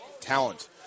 talent